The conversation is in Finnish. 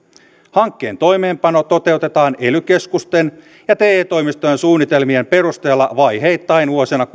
hankkeen toimeenpano toteutetaan ely keskusten ja te toimistojen suunnitelmien perusteella vaiheittain vuosina